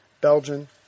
Belgian